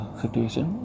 situation